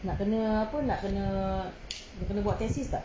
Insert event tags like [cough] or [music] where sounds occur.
nak kena nak kena apa [noise] nak kena buat thesis tak